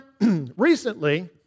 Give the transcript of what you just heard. recently